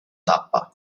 tappa